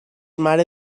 mare